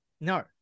no